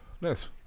Nice